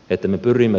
ettemme pyrimme